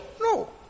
No